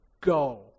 go